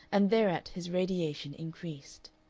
and thereat his radiation increased.